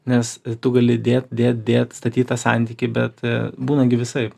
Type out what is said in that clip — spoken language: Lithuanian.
nes tu gali dėt dėt dėt statyt tą santykį bet būna gi visaip